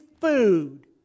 food